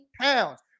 pounds